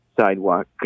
sidewalk